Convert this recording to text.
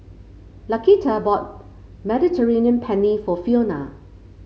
Laquita bought Mediterranean Penne for Fiona